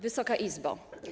Wysoka Izbo!